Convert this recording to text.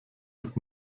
mit